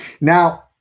Now